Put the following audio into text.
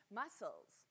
muscles